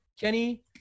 Kenny